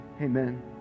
Amen